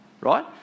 Right